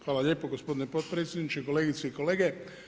Hvala lijepo gospodine potpredsjedniče, kolegice i kolege.